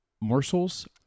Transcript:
Morsels